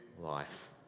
life